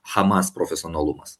hamas profesionalumas